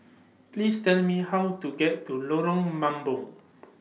Please Tell Me How to get to Lorong Mambong